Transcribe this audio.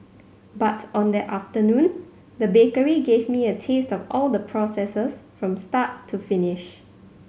but on that afternoon the bakery gave me a taste of all the processes from start to finish